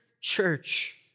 church